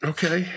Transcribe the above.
Okay